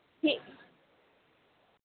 ठीक